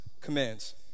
commands